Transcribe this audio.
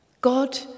God